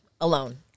alone